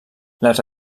les